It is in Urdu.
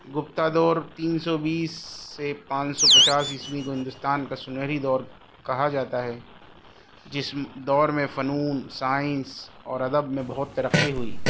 گپتا دور تین سو بیس سے پانچ سو پچاس عیسوی کو ہندوستان کا سنہری دور کہا جاتا ہے جس دور میں فنون سائنس اور ادب میں بہت ترقی ہوئی